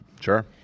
Sure